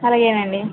అలాగేనండి